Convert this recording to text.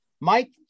Mike